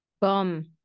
bomb